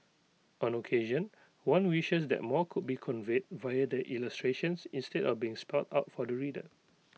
on occasion one wishes that more could be conveyed via the illustrations instead of being spelt out for the reader